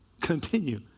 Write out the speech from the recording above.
continue